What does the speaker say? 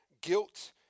Guilt